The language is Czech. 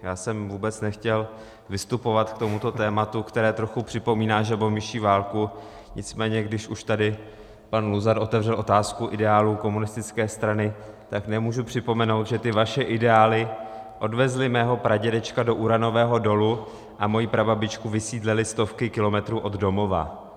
Já jsem vůbec nechtěl vystupovat k tomuto tématu, které trochu připomíná žabomyší válku, nicméně když už tady pan Luzar otevřel otázku ideálů komunistické strany, tak nemůžu připomenout, že ty vaše ideály odvezly mého pradědečka do uranového dolu a mou prababičku vysídlily stovky kilometrů od domova.